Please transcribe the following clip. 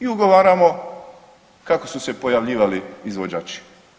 I ugovaramo kako su se pojavljivali izvođači.